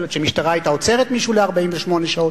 יכול להיות שהמשטרה היתה עוצרת מישהו ל-48 שעות.